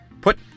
put